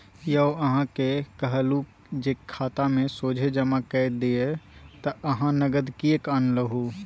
यौ अहाँक कहलहु जे खातामे सोझे जमा कए दियौ त अहाँ नगद किएक आनलहुँ